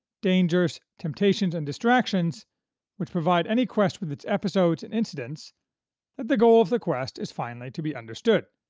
dangers, temptations and distractions which provide any quest with its episodes and incidents that the goal of the quest is finally to be understood.